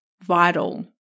vital